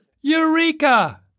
Eureka